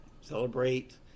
celebrate